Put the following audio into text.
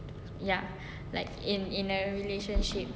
ya like in in a relationship